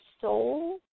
soul